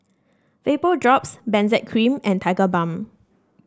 Vapodrops Benzac Cream and Tigerbalm